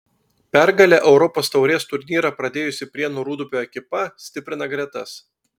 pergale europos taurės turnyrą pradėjusi prienų rūdupio ekipa stiprina gretas